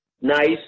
nice